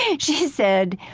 yeah she said,